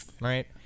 right